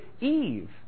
Eve